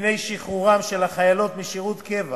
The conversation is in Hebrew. מפני שחרורן של החיילות משירות קבע